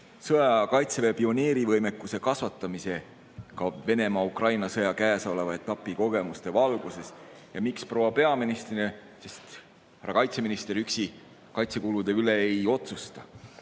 sõjaaja kaitseväe pioneerivõimekuse kasvatamisega Venemaa-Ukraina sõja käesoleva etapi kogemuste valguses. Miks proua peaministrile? Härra kaitseminister üksi kaitsekulude üle ei otsusta.